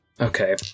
Okay